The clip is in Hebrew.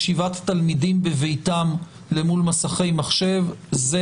ישיבת תלמידים בביתם למול מסכי מחשב זה